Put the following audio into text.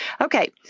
Okay